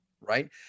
right